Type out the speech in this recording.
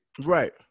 right